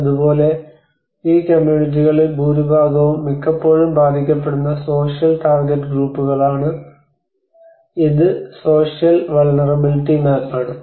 അതുപോലെ ഈ കമ്മ്യൂണിറ്റികളിൽ ഭൂരിഭാഗവും മിക്കപ്പോഴും ബാധിക്കപ്പെടുന്ന സോഷ്യൽ ടാർഗെറ്റ് ഗ്രൂപ്പുകളാണ് ഇത് സോഷ്യൽ വൾനറബിളിറ്റി മാപ്പ് ആണ്